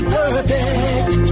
perfect